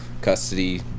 custody